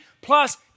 plus